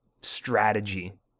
strategy